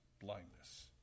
blindness